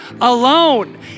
alone